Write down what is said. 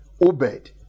Obed